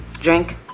Drink